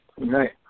Right